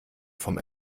vom